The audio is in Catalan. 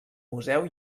museu